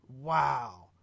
wow